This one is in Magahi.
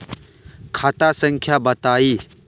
खाता संख्या बताई?